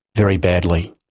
very badly.